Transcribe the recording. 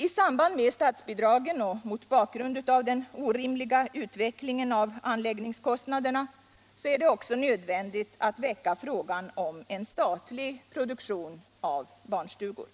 I samband med statsbidragen och mot bakgrund av den orimliga ut vecklingen av anläggningskostnaderna är det också nödvändigt att väcka frågan om en statlig produktion av barnstugor.